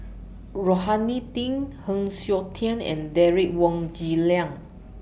Rohani Din Heng Siok Tian and Derek Wong Zi Liang